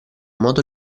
modo